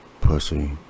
pussy